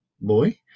boy